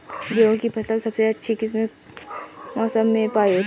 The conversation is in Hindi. गेंहू की फसल सबसे अच्छी किस मौसम में होती है?